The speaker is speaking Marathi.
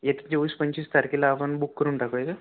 एक चोवीस पंचवीस तारखेला आपण बूक करून टाकूया का